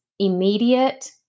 immediate